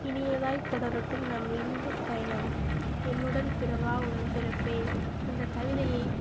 இனியதாய் தொடரட்டும் நம் இன்ப பயணம் என்னுடன் பிறவா உடன் பிறப்பே இந்த கவிதையை